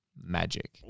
magic